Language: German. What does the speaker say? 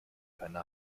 keine